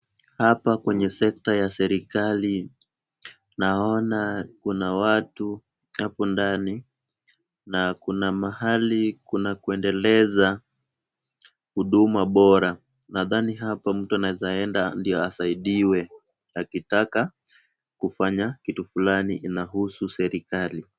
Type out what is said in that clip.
Hapa kwenye sekta ya serikali, naona kuna watu hapo ndani na kuna mahali, kuna kwendeleza huduma bora. Nadhani hapa mtu anaweza enda ndiyo asaidiwe akitaka kufanya kitu fulani inahusu serikali.